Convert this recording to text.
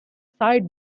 side